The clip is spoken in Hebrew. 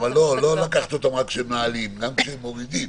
אבל לא לקחת אותם רק כשהם מעלים אלא גם כשהם מורידים.